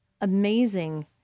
amazing